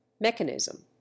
mechanism